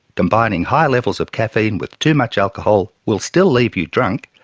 combining high levels of caffeine with too much alcohol will still leave you drunk,